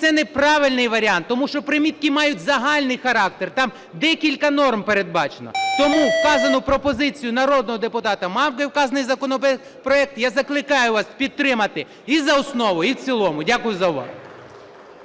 це неправильний варіант, тому що примітки мають загальний характер, там декілька норм передбачено. Тому вказану пропозицію народного депутата Мамки, вказаний законопроект, я закликаю вас підтримати і за основу і в цілому. Дякую за увагу.